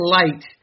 light